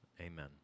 amen